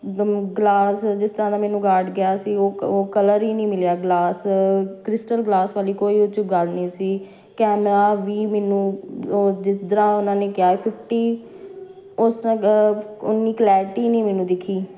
gun glass ਜਿਸ ਤਰ੍ਹਾਂ ਦਾ ਮੈਨੂੰ ਗਾਰਡ ਕਿਹਾ ਸੀ ਉਹ ਉਹ ਕਲਰ ਹੀ ਨਹੀਂ ਮਿਲਿਆ ਗਲਾਸ ਕ੍ਰਿਸਟਲ ਗਲਾਸ ਵਾਲੀ ਕੋਈ ਉਹਦੇ 'ਚ ਗੱਲ ਨਹੀਂ ਸੀ ਕੈਮਰਾ ਵੀ ਮੈਨੂੰ ਉਹ ਜਿਸ ਤਰ੍ਹਾਂ ਉਹਨਾਂ ਨੇ ਕਿਹਾ ਫਿਫਟੀ ਉਸ ਤਰ੍ਹਾਂ ਉੰਨੀ ਕਲੈਰਟੀ ਨਹੀਂ ਮੈਨੂੰ ਦਿਖੀ